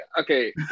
Okay